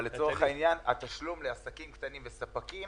אבל לצורך העניין התשלום לעסקים קטנים וספקים